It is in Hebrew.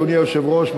אדוני היושב-ראש,